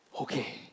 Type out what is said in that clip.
okay